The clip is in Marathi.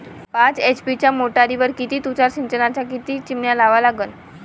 पाच एच.पी च्या मोटारीवर किती तुषार सिंचनाच्या किती चिमन्या लावा लागन?